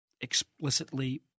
explicitly